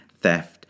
theft